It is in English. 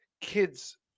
kids